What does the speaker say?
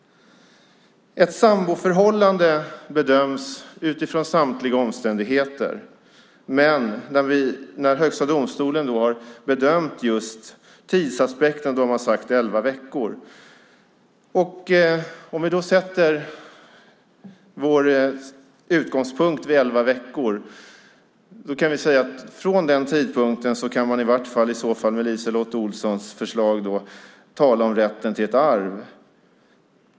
Ett samboförhållande bedöms utifrån samtliga omständigheter, men när Högsta domstolen har bedömt just tidsaspekten har man sagt elva veckor. Låt oss säga att vår utgångspunkt är elva veckor. Då kan vi säga att från den tidpunkten kan man i så fall med LiseLotte Olssons förslag tala om rätten till ett arv.